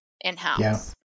in-house